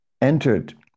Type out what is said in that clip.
entered